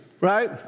right